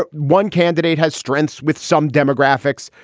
but one candidate has strengths with some demographics.